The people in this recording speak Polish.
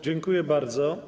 Dziękuję bardzo.